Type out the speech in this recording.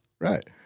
Right